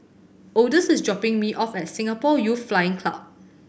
Odus is dropping me off at Singapore Youth Flying Club